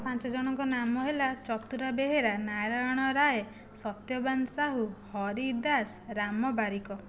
ପାଞ୍ଚଜଣଙ୍କ ନାମ ହେଲା ଚତୁରା ବେହେରା ନାରାୟଣ ରାୟ ସତ୍ୟବାନ ସାହୁ ହରି ଦାସ ରାମ ବାରିକ